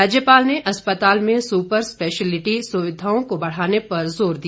राज्यपाल ने अस्पताल में सुपर स्पैशलिटी सुविधाओं को बढ़ाने पर जोर दिया